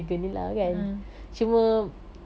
mmhmm